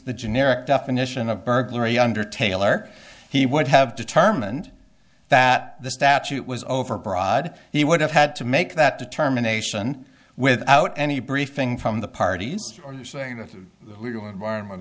the generic definition of burglary under taylor he would have determined that the statute was overbroad he would have had to make that determination without any briefing from the parties are you saying that we were environment